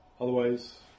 Otherwise